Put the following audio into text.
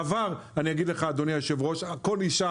בעבר, אדוני היושב-ראש, כל אישה